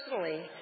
Personally